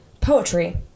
poetry